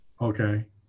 okay